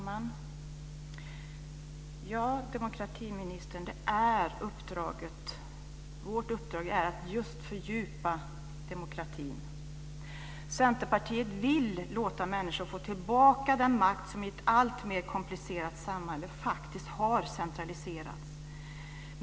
Fru talman! Ja, demokratiministern, vårt uppdrag är just att fördjupa demokratin. Centerpartiet vill låta människor få tillbaka den makt som i ett alltmer komplicerat samhälle faktiskt har centraliserats.